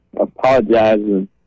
apologizing